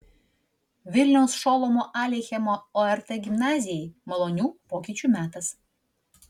vilniaus šolomo aleichemo ort gimnazijai malonių pokyčių metas